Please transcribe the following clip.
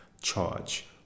charge